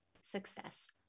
success